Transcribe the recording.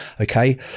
Okay